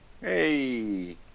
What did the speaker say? Hey